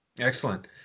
Excellent